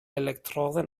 elektroden